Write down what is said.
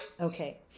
Okay